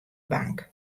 bank